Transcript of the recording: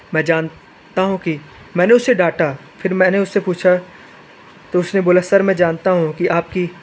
मैं जानता हूँ कि मैंने उसे डांटा फिर मैंने उससे पूछा तो उसने बोला सर के मैं जानता हूँ कि आपकी